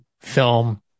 film